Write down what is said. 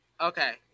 Okay